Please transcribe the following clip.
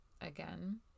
again